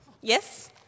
yes